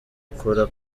akora